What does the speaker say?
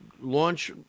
launch